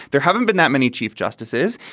there haven't been that many chief justices.